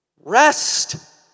Rest